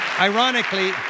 Ironically